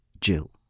Jill